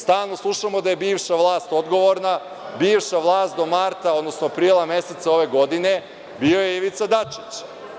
Stalno slušamo da je bivša vlast odgovorna, bivša vlast do marta, odnosno aprila meseca ove godine bio je Ivica Dačić.